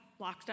Blockstack